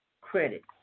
credit